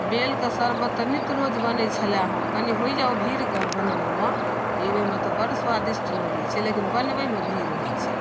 बेलके शरबत नित रोज बनै छलै हँ कनि होइए भिड़गर बनबैमे पिबैमे तऽ बड़ सुआदिष्ट लगै छै लेकिन बनबैमे भीड़ होइ छै